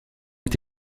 est